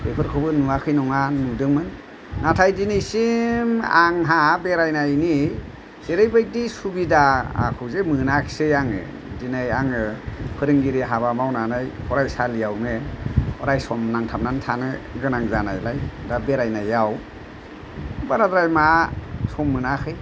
बेफोरखौबो नुवाखै नङा नुदोंमोन नाथाय दिनैसिम आंहा बेरायनायनि जेरैबादि सुबिदाखौजे मोनाखिसै आङो दिनै आङो फोरोंगिरि हाबा मावनानै फरायसालियावनो अराय सम नांथाबनानै थानो गोनां जानायलाय दा बेरायनायाव बाराद्राय मा सम मोनाखै